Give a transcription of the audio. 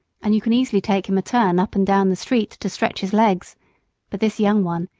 and you can easily take him a turn up and down the street to stretch his legs but this young one,